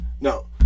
no